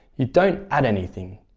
you don't add anything.